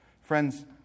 Friends